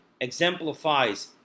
exemplifies